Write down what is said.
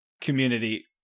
community